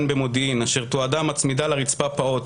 במודיעין אשר תועדה מצמידה לרצפה פעוט,